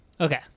Okay